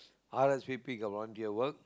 r_s_v_p got volunteer work